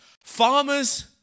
Farmers